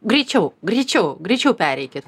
greičiau greičiau greičiau pereikit